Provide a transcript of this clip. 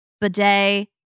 bidet